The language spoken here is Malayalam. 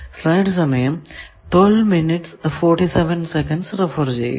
പോർട്ട് 2 ലും അങ്ങനെ തന്നെ